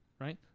right